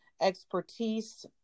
expertise